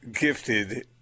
gifted